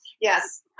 Yes